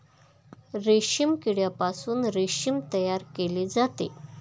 रेशीम किड्यापासून रेशीम तयार केले जाते